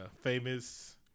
famous